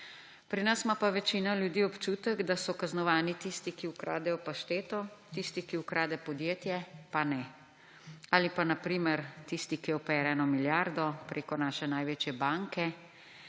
Pri nas ima pa večina ljudi občutek, da so kaznovani tisti, ki ukradejo pašteto, tisti, ki ukrade podjetje, pa ne. Ali pa na primer tisti, ki opere eno milijarde preko naše največje banke,